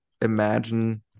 imagine